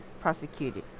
prosecuted